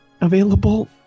available